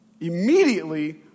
immediately